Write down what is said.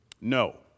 No